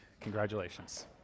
congratulations